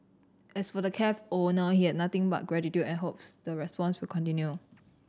as for the cafe owner he had nothing but gratitude and hopes the response will continue